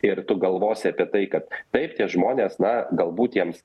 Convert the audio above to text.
ir tu galvosi apie tai kad taip tie žmonės na galbūt jiems